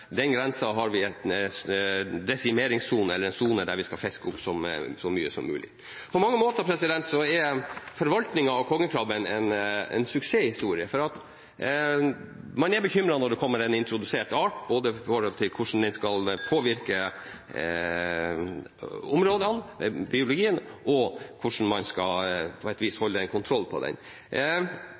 den grensen har man en desimeringssone, eller en sone der man skal fiske opp så mye som mulig. På mange måter er forvaltningen av kongekrabben en suksesshistorie. Man er bekymret når en ny art blir introdusert, dette med hensyn til hvordan den skal påvirke områdene, biologien og hvordan man skal holde den under kontroll. I den kommersielle sonen har man jobbet i 15 år med et